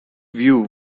view